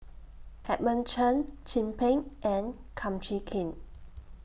Edmund Cheng Chin Peng and Kum Chee Kin